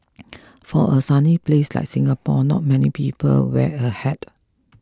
for a sunny place like Singapore not many people wear a hat